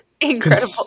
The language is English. incredible